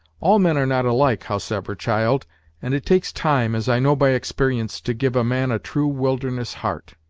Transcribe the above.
all men are not alike, howsever, child and it takes time, as i know by experience, to give a man a true wilderness heart.